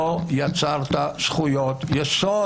לא יצרת זכויות יסוד.